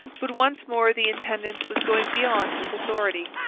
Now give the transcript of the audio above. but once more the intendant was going beyond his authority.